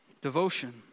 Devotion